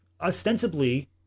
ostensibly